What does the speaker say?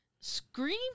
Scream